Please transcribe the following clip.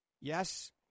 yes